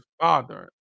Father